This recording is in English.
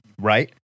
Right